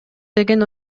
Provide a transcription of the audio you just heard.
деген